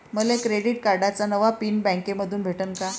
मले क्रेडिट कार्डाचा नवा पिन बँकेमंधून भेटन का?